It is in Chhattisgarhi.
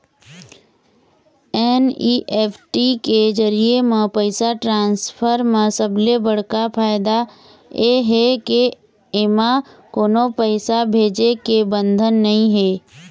एन.ई.एफ.टी के जरिए म पइसा ट्रांसफर म सबले बड़का फायदा ए हे के एमा कोनो पइसा भेजे के बंधन नइ हे